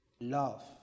love